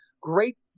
great